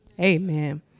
Amen